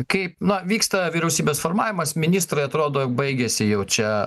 kaip na vyksta vyriausybės formavimas ministrai atrodo baigėsi jau čia